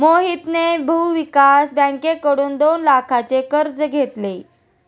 मोहितने भूविकास बँकेकडून दोन लाखांचे कर्ज घेतले